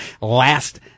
last